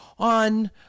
on